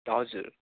हजुर